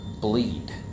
Bleed